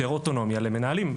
יותר אוטונומיה למנהלים.